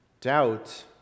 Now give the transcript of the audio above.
doubt